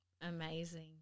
Amazing